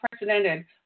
unprecedented